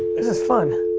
this is fun.